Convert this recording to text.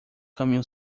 caminho